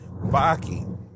baki